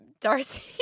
Darcy